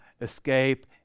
escape